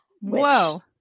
Whoa